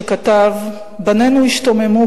שכתב: "בנינו ישתוממו,